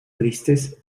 tristes